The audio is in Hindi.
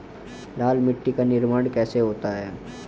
लाल मिट्टी का निर्माण कैसे होता है?